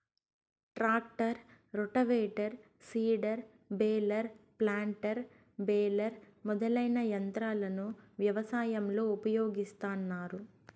tractor, rotavator, seeder, baler, planter, baler మొదలైన యంత్రాలను వ్యవసాయంలో ఉపయోగిస్తాన్నారు